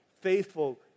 faithful